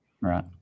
Right